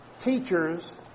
teachers